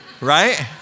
Right